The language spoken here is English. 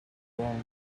wrong